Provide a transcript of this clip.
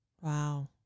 Wow